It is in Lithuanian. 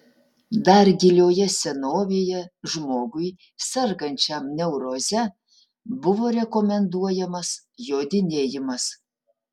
dar gilioje senovėje žmogui sergančiam neuroze buvo rekomenduojamas jodinėjimas